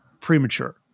premature